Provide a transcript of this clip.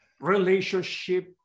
relationship